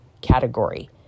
category